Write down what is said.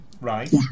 Right